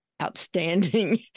Outstanding